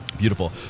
beautiful